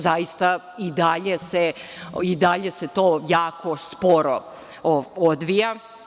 Zaista, i dalje se to jako sporo odvija.